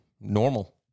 normal